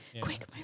Quick